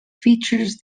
features